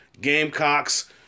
Gamecocks